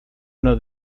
nos